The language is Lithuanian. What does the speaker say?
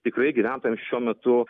tikrai gyventojams šiuo metu